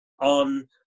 on